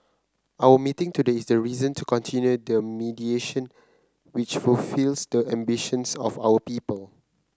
our meeting today is a reason to continue the mediation which fulfils the ambitions of our people